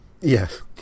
Yes